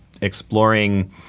exploring